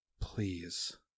please